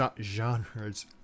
genres